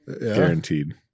Guaranteed